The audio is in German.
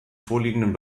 vorliegenden